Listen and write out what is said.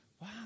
wow